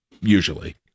usually